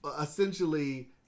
essentially